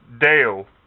Dale